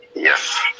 Yes